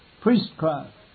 priestcraft